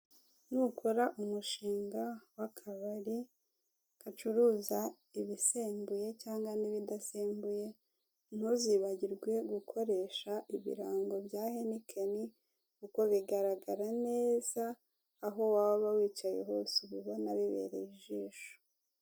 Nukora umushinga w'akabari gacuruza ibisembuye cyangwa n'ibidasembuye ntuzibagirwe gukoresha ibirando bya henikeni kuko bigaragara neza aho waba wicaye hose uba ubona bibereye ijisho.